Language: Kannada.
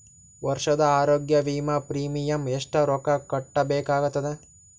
ವರ್ಷದ ಆರೋಗ್ಯ ವಿಮಾ ಪ್ರೀಮಿಯಂ ಎಷ್ಟ ರೊಕ್ಕ ಕಟ್ಟಬೇಕಾಗತದ?